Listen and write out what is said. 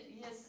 yes